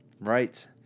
right